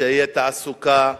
שתהיה תעסוקה?